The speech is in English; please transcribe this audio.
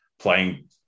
playing